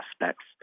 aspects